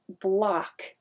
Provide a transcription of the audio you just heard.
block